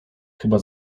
chyba